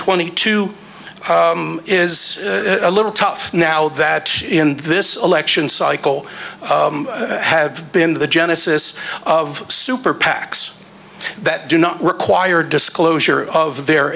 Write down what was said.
twenty two is a little tough now that in this election cycle have been the genesis of super pacs that do not require disclosure of their